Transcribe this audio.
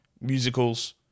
musicals